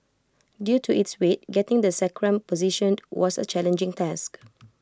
due to its weight getting the sacrum positioned was A challenging task